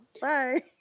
Bye